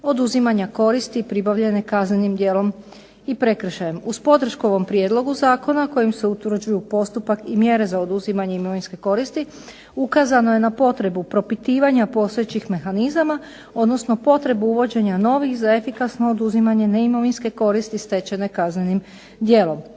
oduzimanja koristi pribavljane kaznenim djelom i prekršajem. Uz podršku ovom prijedlogu zakona kojim se utvrđuju postupak i mjere za oduzimanje imovinske koristi, ukazano je na potrebu propitivanja postojećih mehanizama odnosno potrebu uvođenja novih za efikasno oduzimanje neimovinske koristi stečene kaznenim djelom.